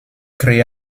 créé